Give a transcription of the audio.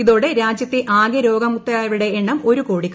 ഇതോടെ രാജ്യത്തെ ആകെ രോഗമുക്തരായവരുടെ എണ്ണം ഒരു കോടി കവിഞ്ഞു